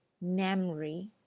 memory